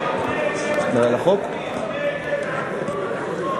אדוני היושב-ראש, נהוג לתת כמה דקות.